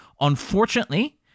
Unfortunately